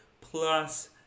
plus